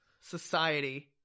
society